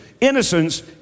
Innocence